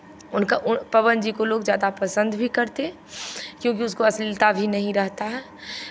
उनका पवन जी को लोग ज़्यादा पसन्द भी करते हैं क्योंकि उसका अश्लीलता भी नहीं रहता है